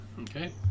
Okay